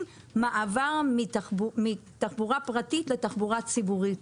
מעבר מתחבורה פרטית לתחבורה ציבורית.